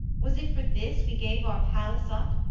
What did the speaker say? was it for this we gave our palace up,